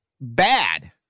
bad